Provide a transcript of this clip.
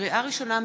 לקריאה ראשונה,